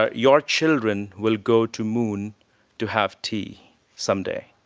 ah your children will go to moon to have tea someday.